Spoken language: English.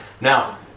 Now